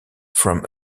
from